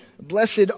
blessed